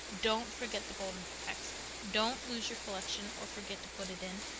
don't forget the golden text. don't lose your collection or forget to put it in.